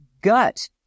gut